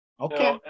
Okay